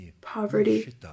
poverty